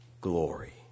glory